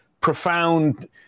profound